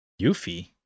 Yuffie